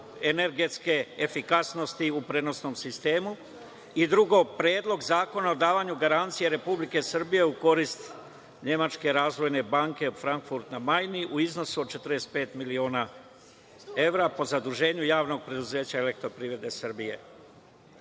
energetske efikasnosti u prenosnom sistemu i, drugo, Predlog zakona o davanju garancije Republike Srbije u korist Nemačke razvojne banke Frankfurt na Majni u iznosu od 45 miliona evra po zaduženju Javnog preduzeća „Elektroprivreda